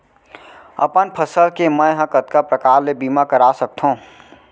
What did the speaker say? अपन फसल के मै ह कतका प्रकार ले बीमा करा सकथो?